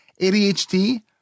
ADHD